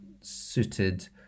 suited